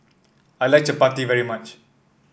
I like chappati very much